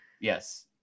Yes